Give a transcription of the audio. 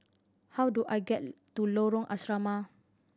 how do I get to Lorong Asrama